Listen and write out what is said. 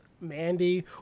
Mandy